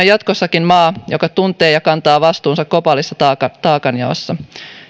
jatkossakin maa joka tuntee ja kantaa vastuunsa globaalissa taakanjaossa